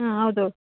ಹಾಂ ಹೌದೌದು